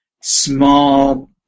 small